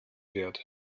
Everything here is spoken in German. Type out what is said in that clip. wird